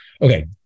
Okay